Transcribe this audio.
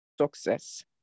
success